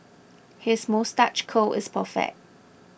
his moustache curl is perfect